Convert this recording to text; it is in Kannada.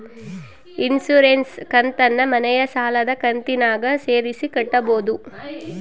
ಇನ್ಸುರೆನ್ಸ್ ಕಂತನ್ನ ಮನೆ ಸಾಲದ ಕಂತಿನಾಗ ಸೇರಿಸಿ ಕಟ್ಟಬೋದ?